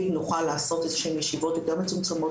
נוכל לעשות איזשהם ישיבות יותר מצומצמות,